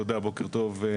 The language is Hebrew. תודה, בוקר טוב.